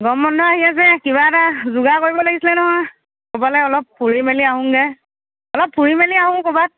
গৰম বন্ধ আহি আছে কিবা এটা যোগাৰ কৰিব লাগিছিলে নহয় ক'ৰবালৈ অলপ ফুৰি মেলি আহোঁগৈ অলপ ফুৰি মেলি আহোঁ ক'ৰবাত